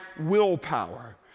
willpower